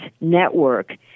network